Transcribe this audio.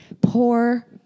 poor